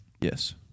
Yes